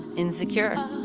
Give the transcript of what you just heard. insecure.